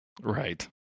Right